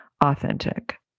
authentic